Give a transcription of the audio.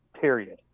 Period